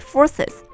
Forces